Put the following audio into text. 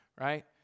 right